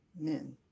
men